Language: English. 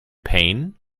pain